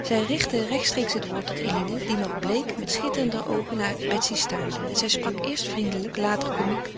zij richtte rechtstreeks het woord tot eline die nog bleek met schitterende oogen naar betsy staarde en zij sprak eerst vriendelijk later komiek